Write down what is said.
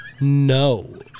No